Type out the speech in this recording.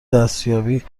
دستیابی